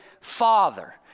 father